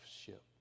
ship